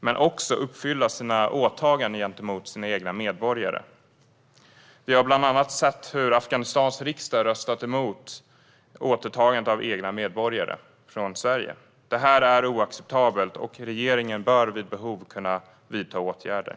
dels uppfylla sina åtaganden gentemot sina medborgare. Vi har bland annat sett hur Afghanistans riksdag röstat emot återtagandet av egna medborgare från Sverige. Detta är oacceptabelt, och regeringen bör vid behov kunna vidta åtgärder.